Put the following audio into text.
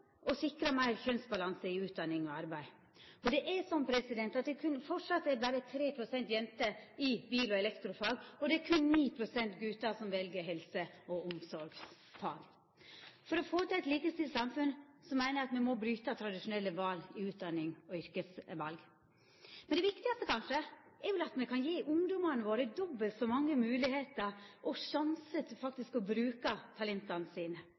å sikra meir kjønnsbalanse i utdanning og arbeid. Det er framleis berre 3 pst. jenter innan bil- og elektrofag, og berre 9 pst. gutar som vel helse- og omsorgsfag. For å få eit likestilt samfunn meiner eg at me må bryta tradisjonelle val i utdaning og yrke. Men det viktigaste er kanskje at me kan gje ungdommane våre dobbelt så mange moglegheiter og sjanse til faktisk å bruka